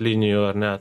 linijų ar ne